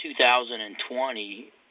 2020